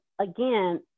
again